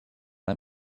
let